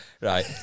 right